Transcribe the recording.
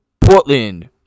Portland